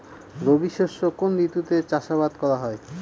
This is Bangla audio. রবি শস্য কোন ঋতুতে চাষাবাদ করা হয়?